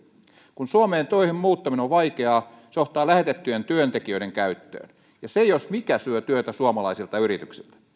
kun suomeen töihin muuttaminen on vaikeaa se johtaa lähetettyjen työntekijöiden käyttöön ja se jos mikä syö työtä suomalaisilta yrityksiltä